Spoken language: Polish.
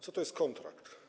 Co to jest kontrakt?